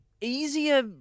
easier